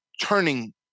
turning